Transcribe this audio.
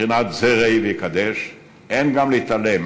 בבחינת זה ראה וקדש, אין גם להתעלם